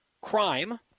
crime